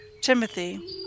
Timothy